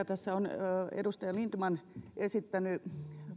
tässä on edustaja lindtman esittänyt